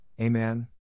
Amen